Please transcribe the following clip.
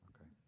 Okay